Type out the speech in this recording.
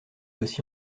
aussi